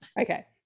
Okay